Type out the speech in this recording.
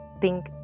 pink